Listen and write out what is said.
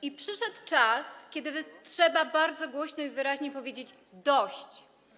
I przyszedł czas, kiedy trzeba bardzo głośno i wyraźnie powiedzieć: dość.